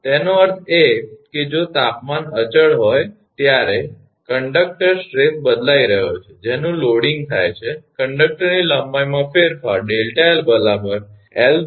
તેનો અર્થ એ કે જો તાપમાન સ્થિરઅચળ હોય જ્યારે કંડક્ટર સ્ટ્રેસ બદલાઇ રહ્યો છે કે જેનું લોડીંગ થાય છે કંડકટરની લંબાઈમાં ફેરફાર તે Δ𝑙 𝑙0Δ𝑇𝑀